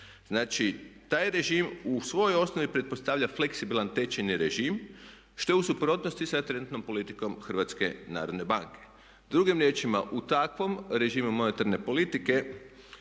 Znači taj režim u svojoj osnovi pretpostavlja fleksibilan tečajni režim što je u suprotnosti sa trenutnom politikom HNB-a. Drugim riječima, u takvom režimu monetarne politike